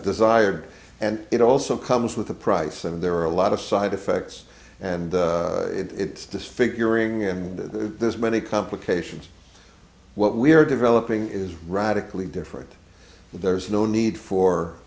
desired and it also comes with a price and there are a lot of side effects and it's disfiguring and there's many complications what we're developing is radically different there's no need for